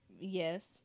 yes